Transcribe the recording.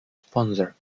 sponsor